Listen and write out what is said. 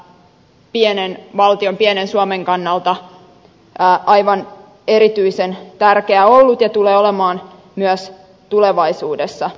tämä on pienen valtion pienen suomen kannalta aivan erityisen tärkeää ollut ja tulee olemaan myös tulevaisuudessa